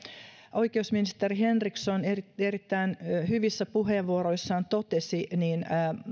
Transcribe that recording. oikeusministeri henriksson erittäin erittäin hyvissä puheenvuoroissaan totesi